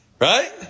Right